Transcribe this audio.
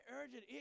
urgent